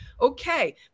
Okay